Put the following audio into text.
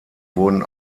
wurden